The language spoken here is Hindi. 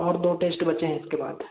और दो टेस्ट बचे हैं इसके बाद